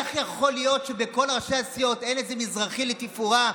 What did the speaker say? איך יכול להיות שבין כל ראשי הסיעות אין איזה מזרחי לתפאורה,